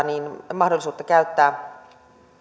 mahdollisuutta käyttää